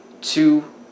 two